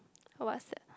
what's that